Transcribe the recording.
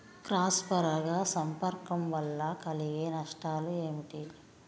Cross పరాగ సంపర్కం వల్ల కలిగే నష్టాలు ఏమిటి?